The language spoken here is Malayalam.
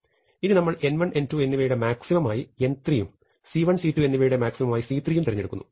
ഇനി നമ്മൾ n1 n2 എന്നിവയുടെ മാക്സിമം ആയി n3 യും c1 c2 എന്നിവയുടെ മാക്സിമം ആയി c3 യും തെരഞ്ഞെടുക്കുന്നു